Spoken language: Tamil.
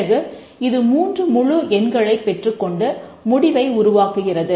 பிறகு இது மூன்று முழு எண்களை பெற்றுக்கொண்டு முடிவை உருவாக்குகிறது